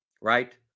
right